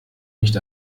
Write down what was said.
nicht